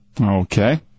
Okay